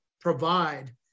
provide